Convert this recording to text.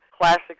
classic